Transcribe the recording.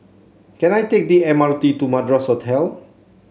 can I take the M R T to Madras Hotel